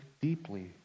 deeply